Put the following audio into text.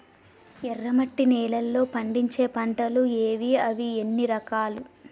ఎర్రమట్టి నేలలో పండించే పంటలు ఏవి? అవి ఎన్ని రకాలు?